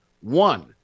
One